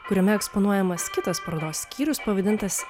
kuriame eksponuojamas kitas parodos skyrius pavadintas